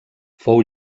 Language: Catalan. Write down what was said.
fou